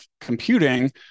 computing